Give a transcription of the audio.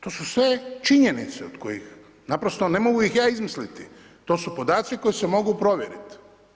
To su sve činjenice od kojih naprosto ne mogu ih ja izmisliti, to su podaci koji se mogu provjerit.